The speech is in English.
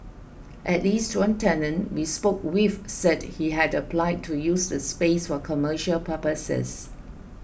at least one tenant we spoke with said he had applied to use the space for commercial purposes